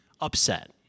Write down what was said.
upset